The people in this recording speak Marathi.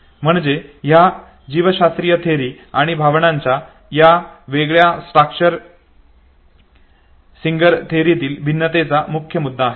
म्हणजे हा जीवशास्त्रीय थेअरी आणि भावनांच्या या वेगळ्या स्चाक्टर सिंगर थेअरीतील भिन्नतेचा मुख्य मुद्दा आहे